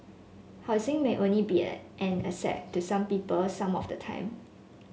housing may only be an asset to some people some of the time